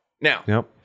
Now